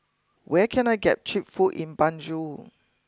where can I get cheap food in Banjul